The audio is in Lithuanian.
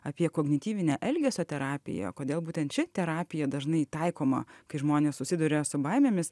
apie kognityvinę elgesio terapiją kodėl būtent ši terapija dažnai taikoma kai žmonės susiduria su baimėmis